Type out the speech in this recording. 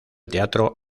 teatro